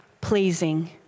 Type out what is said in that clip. pleasing